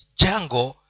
jungle